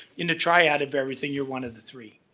in the triad of everything, you're one of the three